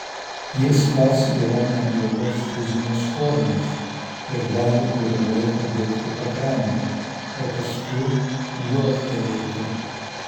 jis pats yra neblogos fizinės formos ir gali kurį laiką bėgti pakrante o paskui liuoktelėti